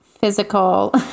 Physical